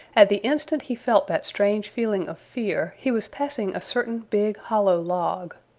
at the instant he felt that strange feeling of fear he was passing a certain big, hollow log.